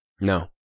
No